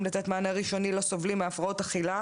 לתת מענה ראשוני לסובלים מהפרעות אכילה